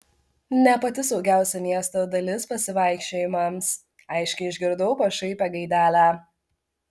ne pati saugiausia miesto dalis pasivaikščiojimams aiškiai išgirdau pašaipią gaidelę